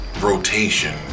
rotation